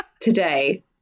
today